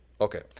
Okay